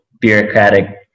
bureaucratic